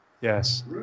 yes